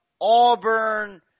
Auburn